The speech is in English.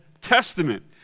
Testament